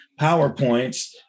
PowerPoints